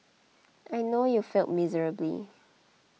I know you failed miserably